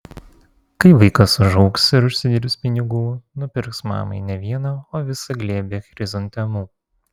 kai vaikas užaugs ir užsidirbs pinigų nupirks mamai ne vieną o visą glėbį chrizantemų